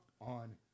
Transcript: on